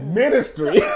ministry